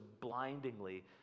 blindingly